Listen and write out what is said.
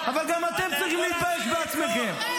אבל גם אתם צריכים להתבייש בעצמכם.